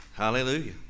Hallelujah